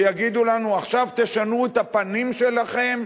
יגידו לנו: עכשיו תשנו את הפנים שלכם,